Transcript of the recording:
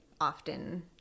often